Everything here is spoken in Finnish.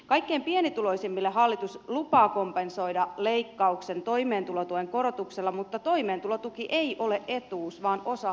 kaikkein pienituloisimmille hallitus lupaa kompensoida leikkauksen toimeentulotuen korotuksella mutta toimeentulotuki ei ole etuus vaan osa sosiaalihuoltoa